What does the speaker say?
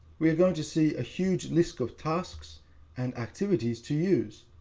we are going to see a huge list of tasks and activities to use.